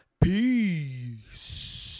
Peace